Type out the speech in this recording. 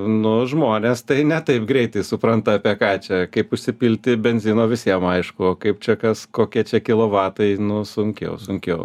nu žmones tai ne taip greitai supranta apie ką čia kaip užsipilti benzino visiem aišku kaip čia kas kokie čia kilovatai nu sunkiau sunkiau